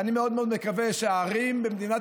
ואני מאוד מאוד מקווה שהערים במדינת